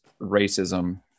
racism